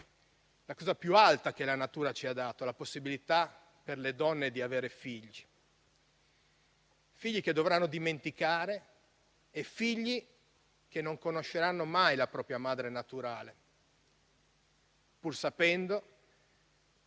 la cosa più alta che la natura ci ha dato: la possibilità per le donne di avere figli, figli che dovranno dimenticare e che non conosceranno mai la propria madre naturale, pur sapendo - e